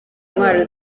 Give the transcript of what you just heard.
intwaro